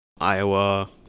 Iowa